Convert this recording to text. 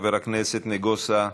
חבר הכנסת נגוסה,